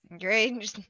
Great